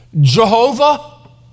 Jehovah